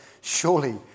Surely